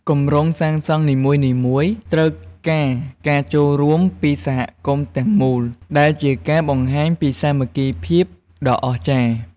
គម្រោងសាងសង់នីមួយៗត្រូវការការចូលរួមពីសហគមន៍ទាំងមូល ដែលជាការបង្ហាញពីសាមគ្គីភាពដ៏អស្ចារ្យ។